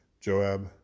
Joab